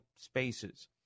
spaces